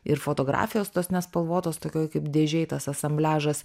ir fotografijos tos nespalvotos tokioj kaip dėžėj tas asambliažas